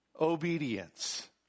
obedience